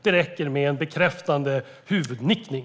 Det räcker med en bekräftande huvudnickning.